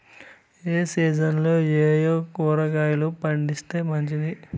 ఏ సీజన్లలో ఏయే కూరగాయలు పండిస్తే మంచిది